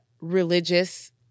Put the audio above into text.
religious